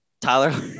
tyler